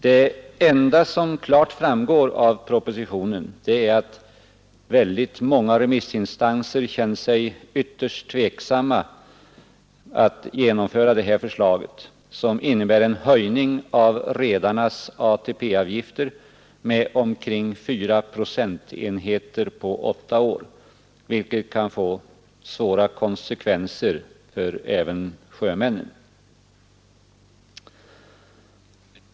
Det enda som klart framgår av propositionen är att väldigt många remissinstanser känner sig ytterst tveksamma till att genomföra detta förslag, som innebär en höjning av redarnas ATP-avgifter med omkring 4 procentenheter på åtta år, vilket kan få svåra konsekvenser även för sjömännen.